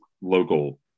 local